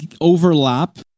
overlap